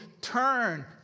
Turn